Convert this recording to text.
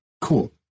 Cool